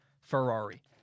Ferrari